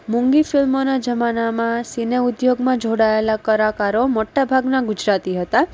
મોંઘી ફિલ્મોના જમાનામાં સિને ઉદ્યોગમાં જોડાયેલા કરાકારો મોટા ભાગના ગુજરાતી હતા